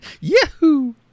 Yahoo